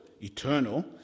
eternal